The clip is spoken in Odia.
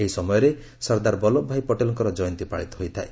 ଏହି ସମୟରେ ସର୍ଦ୍ଦାର ବଲ୍ଲଭ ଭାଇ ପଟେଲଙ୍କର ଜୟନ୍ତୀ ପାଳିତ ହୋଇଥାଏ